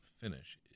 finish